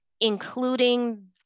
including